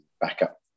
backup